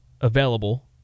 available